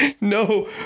No